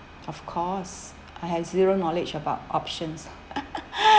of course I have zero knowledge about options